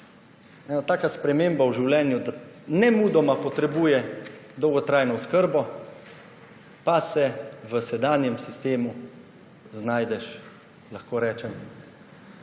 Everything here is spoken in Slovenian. taka sprememba v življenju, da nemudoma potrebuje dolgotrajno oskrbo, pa se v sedanjem sistemu znajdeš, lahko rečem,